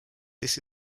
this